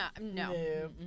no